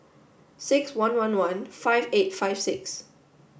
six one one one five eight five six